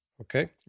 okay